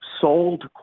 sold